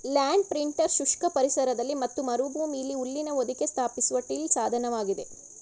land printer ಶುಷ್ಕ ಪರಿಸರದಲ್ಲಿ ಮತ್ತು ಮರುಭೂಮಿಲಿ ಹುಲ್ಲಿನ ಹೊದಿಕೆ ಸ್ಥಾಪಿಸುವ ಟಿಲ್ ಸಾಧನವಾಗಿದೆ